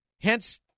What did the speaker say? Hence